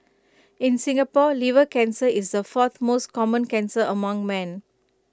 in Singapore liver cancer is the fourth most common cancer among men